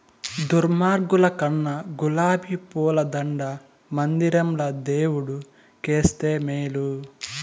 దుర్మార్గుల కన్నా గులాబీ పూల దండ మందిరంల దేవుడు కేస్తే మేలు